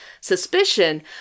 suspicion